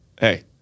Hey